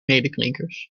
medeklinkers